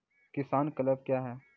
किसान क्लब क्या हैं?